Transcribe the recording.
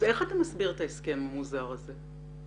אז איך אתה מסביר את ההסכם המוזר הזה?